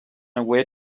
away